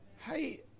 Hey